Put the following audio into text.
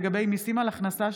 לגבי מיסים על הכנסה,